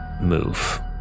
move